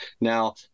Now